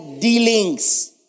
dealings